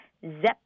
Zep